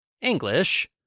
English